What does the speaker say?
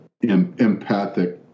empathic